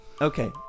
Okay